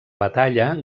batalla